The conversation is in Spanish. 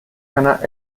hannah